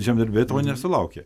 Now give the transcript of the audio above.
žemdirbiai to nesulaukė